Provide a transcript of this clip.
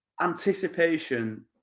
anticipation